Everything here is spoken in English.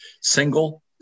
single